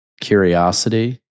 curiosity